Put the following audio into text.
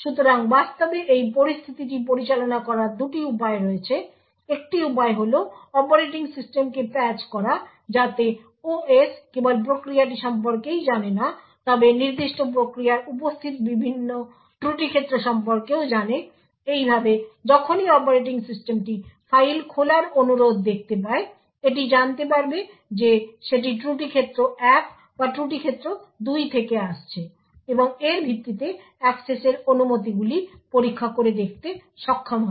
সুতরাং বাস্তবে এই পরিস্থিতিটি পরিচালনা করার দুটি উপায় রয়েছে একটি উপায় হল অপারেটিং সিস্টেমটিকে প্যাচ করা যাতে OS কেবল প্রক্রিয়াটি সম্পর্কেই জানে না তবে নির্দিষ্ট প্রক্রিয়ায় উপস্থিত বিভিন্ন ত্রুটি ক্ষেত্র সম্পর্কেও জানে এইভাবে যখনই অপারেটিং সিস্টেমটি ফাইল খোলার অনুরোধ দেখতে পায় এটি জানতে পারবে যে সেটি ত্রুটি ক্ষেত্র 1 বা ত্রুটি ক্ষেত্র ২ থেকে আসছে এবং এর ভিত্তিতে অ্যাক্সেসের অনুমতিগুলি পরীক্ষা করে দেখতে সক্ষম হবে